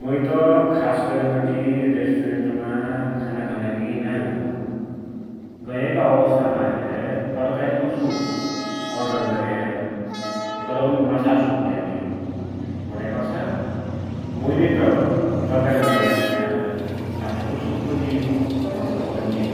मुइत खासगरी रेस्टुरेन्टमा खाजा खानाकी नाइ झानो, गयाका अवस्था माइलै तरकारीको सुप औडर गर्या, तर उइले माछाको सुप ल्याइदियो भुण्यापाछा मुइले त तरकारी माग्या थ्या, माछाको सुप पो लिए भुण्लो पैल्लीत